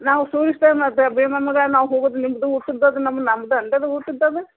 ನಾವು ಟೂರಿಸ್ಟ್ ಮತ್ತು ಬೀಮಮ್ಮಂಗೆ ನಾವು ಹೋಗದು ನಿಮ್ದು ಊಟದ ಅದು ನಮ್ದು ನಮ್ದು ನಮ್ದು ಊಟದ್ದು ಅದು